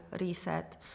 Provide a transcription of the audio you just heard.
reset